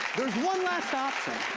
there's one last option.